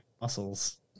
muscles